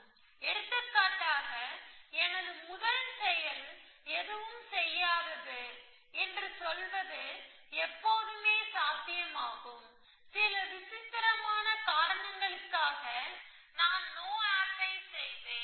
எனவே எடுத்துக்காட்டாக எனது முதல் செயல் எதுவும் செய்யாதது என்று சொல்வது எப்போதுமே சாத்தியமாகும் சில விசித்திரமான காரணங்களுக்காக நான் நோ ஆப் ஐ செய்வேன்